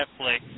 Netflix